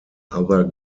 other